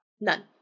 None